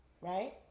right